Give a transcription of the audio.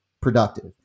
productive